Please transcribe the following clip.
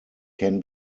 can